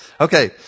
Okay